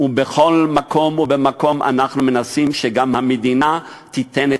ובכל מקום ומקום אנחנו מנסים שגם המדינה תיתן את